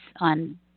on